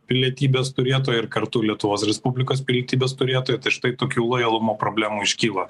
pilietybės turėtojai ir kartu lietuvos respublikos pilietybės turėtojai tai štai tokių lojalumo problemų iškyla